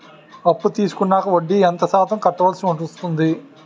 అప్పు తీసుకున్నాక వడ్డీ ఎంత శాతం కట్టవల్సి వస్తుంది?